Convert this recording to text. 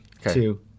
two